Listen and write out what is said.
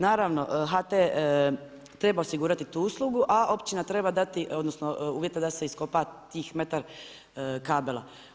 Naravno HT treba osigurati tu uslugu a općina treba dati, odnosno uvjete da se iskopa tih metar kabela.